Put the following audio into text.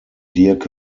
dirk